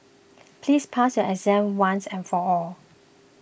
please pass your exam once and for all